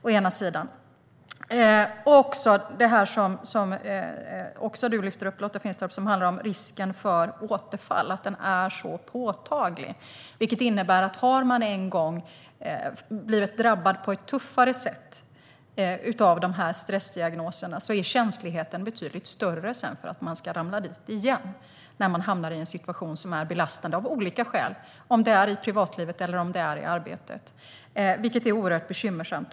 Lotta Finstorp tar också upp att risken för återfall är så påtaglig. Det innebär att om man en gång blivit drabbad på ett tuffare sätt av stressymtom är sannolikheten betydligt större att man ramlar dit igen när man hamnar i en situation som är belastande av olika skäl - i privatlivet eller i arbetet - vilket är oerhört bekymmersamt.